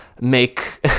make